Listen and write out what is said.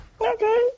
Okay